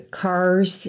cars